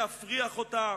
להפריח אותה.